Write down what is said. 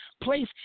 Place